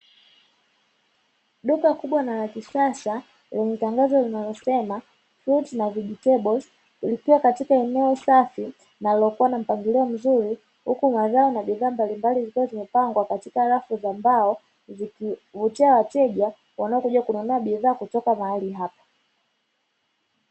Duka kubwa na la kisasa , lenye tangazo linalosema “fruiti na vegeteblezi” likiwa katika eneo safi na lililokuwa na mpangilio mzuri, huku mazao na bidhaa mbalimbali zikiwa zimepangwa katika rafuu za mbao zikivutia wateja wanaokuja kununua bidhaa kutoka mahali hapa.